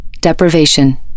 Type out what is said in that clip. Deprivation